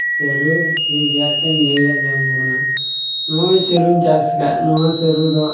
ᱥᱟᱹᱨᱩ ᱴᱷᱤᱠ ᱜᱮᱭᱟ ᱟᱪᱪᱷᱟᱧ ᱞᱟᱹᱭ ᱟᱸᱡᱚᱢ ᱟᱵᱚᱱᱟ ᱱᱚᱜᱼᱚᱭ ᱥᱟᱹᱨᱩᱧ ᱪᱟᱥ ᱟᱠᱟᱫ ᱱᱚᱣᱟ ᱥᱟᱹᱨᱩ ᱫᱚ